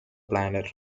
planet